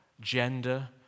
gender